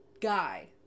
Guy